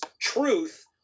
truth